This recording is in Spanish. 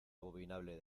abominable